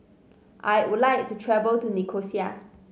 I would like to travel to Nicosia